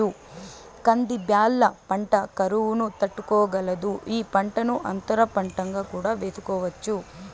కంది బ్యాళ్ళ పంట కరువును తట్టుకోగలదు, ఈ పంటను అంతర పంటగా కూడా వేసుకోవచ్చు